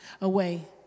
away